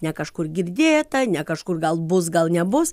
ne kažkur girdėta ne kažkur gal bus gal nebus